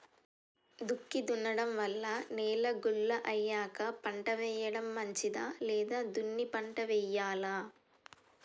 దుక్కి దున్నడం వల్ల నేల గుల్ల అయ్యాక పంట వేయడం మంచిదా లేదా దున్ని పంట వెయ్యాలా?